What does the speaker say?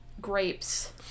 Grapes